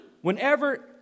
Whenever